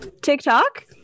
TikTok